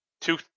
Two